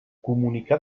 comunicar